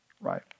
right